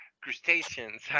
crustaceans